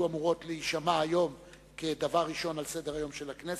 אמורות להישמע היום כדבר ראשון על סדר-היום של הכנסת.